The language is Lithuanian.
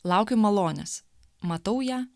laukiu malonės matau ją